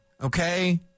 okay